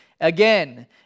again